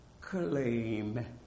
claim